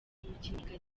umukinnyikazi